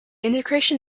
integration